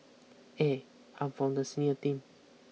eh I'm from the senior team